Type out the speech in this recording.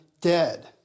dead